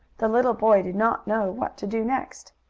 the little boy did not know what to do next.